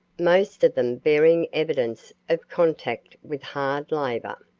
most of them bearing evidence of contact with hard labor.